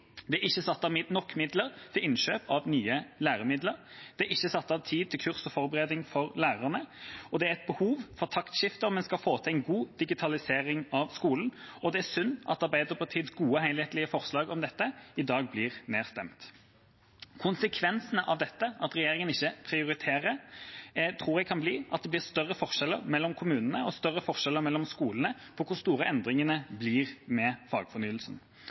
Det er ikke satt av nok midler til innkjøp av nye læremidler, det er ikke satt av tid til kurs og forberedelse for lærerne, og det er et behov for et taktskifte om en skal få til en god digitalisering av skolen. Det er synd at Arbeiderpartiets gode, helhetlige forslag om dette i dag blir nedstemt. Konsekvensen av dette, at regjeringen ikke prioriterer, tror jeg kan bli at det blir større forskjeller mellom kommunene og mellom skolene i hvor store endringene blir med fagfornyelsen.